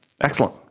Excellent